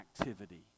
activity